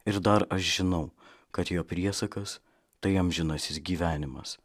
ir dar aš žinau kad jo priesakas tai amžinasis gyvenimas